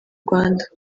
rwanda